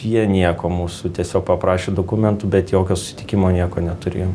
jie nieko mūsų tiesiog paprašė dokumentų bet jokio susitikimo nieko neturėjom